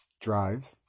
Drive